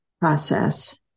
process